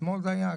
אתמול זה היה?